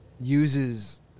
uses